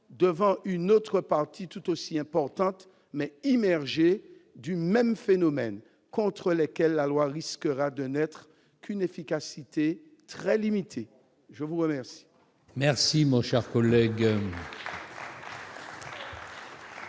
devant une autre partie, tout aussi importante, mais immergée, du même phénomène, contre laquelle elle risque de n'être que d'une efficacité très limitée. L'amendement